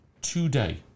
today